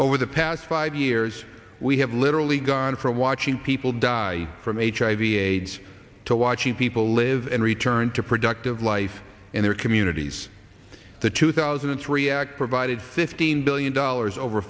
over the past five years we have literally gone from watching people die from aids hiv aids to watching people live and return to productive life in their communities the two thousand and three act provided fifteen below in dollars over